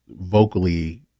vocally